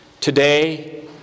today